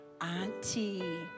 Auntie